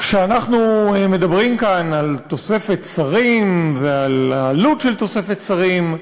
כשאנחנו מדברים כאן על תוספת שרים ועל העלות של תוספת שרים,